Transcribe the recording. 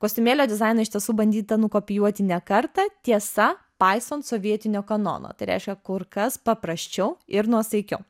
kostiumėlio dizainą iš tiesų bandyta nukopijuoti ne kartą tiesa paisant sovietinio kanono tai reiškia kur kas paprasčiau ir nuosaikiau